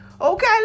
Okay